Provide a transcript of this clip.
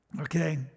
okay